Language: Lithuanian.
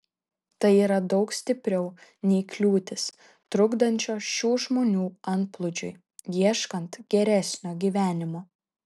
tai yra daug stipriau nei kliūtys trukdančios šių žmonių antplūdžiui ieškant geresnio gyvenimo